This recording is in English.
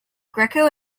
greco